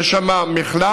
יהיה שם מחלף,